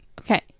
Okay